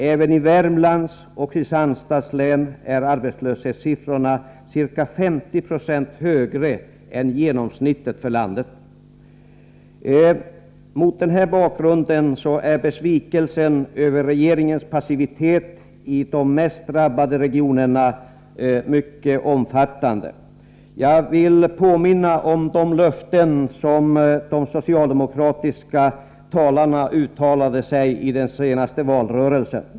Även i Värmlands och Kristianstads län är arbetslöshetssiffrorna ca 50 76 högre än genomsnittet för landet. Mot denna bakgrund är besvikelsen över regeringens passivitet i de mest drabbade regionerna mycket omfattande. Jag vill påminna om de löften som socialdemokraterna uttalade i den senaste valrörelsen.